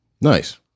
Nice